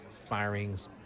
firings